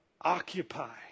Occupy